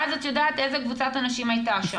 ואז את יודעת איזה קבוצת אנשים הייתה שם.